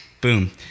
boom